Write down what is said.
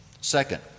Second